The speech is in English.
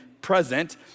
present